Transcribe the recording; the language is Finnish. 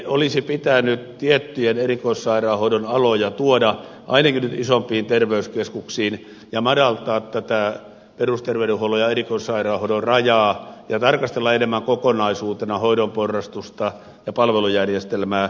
olisi pitänyt tiettyjä erikoissairaanhoidon aloja tuoda ainakin isompiin terveyskeskuksiin ja madaltaa tätä perusterveydenhuollon ja erikoissairaanhoidon rajaa ja tarkastella enemmän kokonaisuutena hoidon porrastusta ja palvelujärjestelmää